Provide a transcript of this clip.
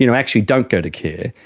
you know actually don't go to care,